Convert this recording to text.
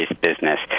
business